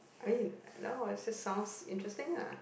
I mean no it just sounds interesting lah